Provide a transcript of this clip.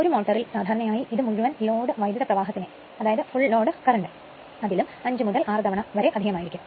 ഒരു മോട്ടോറിൽ സാധാരണയായി ഇത് മുഴുവൻ ലോഡ് വൈദ്യുത പ്രവാഹത്തിനെ കാട്ടിലും 5 മുതൽ 6 തവണ അധികം ആയിരിക്കും